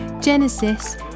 Genesis